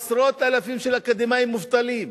יש עשרות אלפים אקדמאים מובטלים.